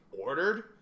ordered